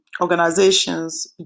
organizations